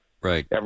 right